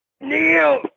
Neil